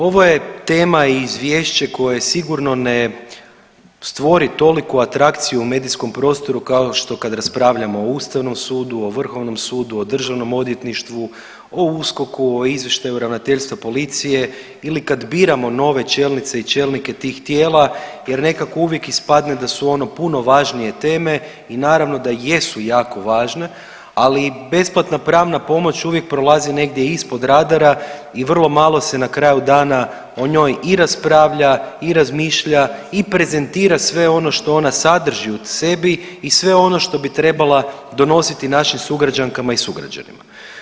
Ovo je tema i izvješće koje sigurno ne stvori toliku atrakciju u medijskom prostoru kao što kad raspravljamo o ustavnom sudu, o vrhovnom sudu, o državnom odvjetništvu, o USKOK-u, o izvještaju ravnateljstva policije ili kad biramo nove čelnice i čelnike tih tijela jer nekako uvijek ispadne da su ono puno važnije teme i naravno da jesu jako važne, ali besplatna pravna pomoć uvijek prolazi negdje ispod radara i vrlo malo se na kraju dana o njoj i raspravlja i razmišlja i prezentira sve ono što ona sadrži u sebi i sve ono što bi trebala donositi našim sugrađankama i sugrađanima.